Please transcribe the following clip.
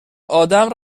ادم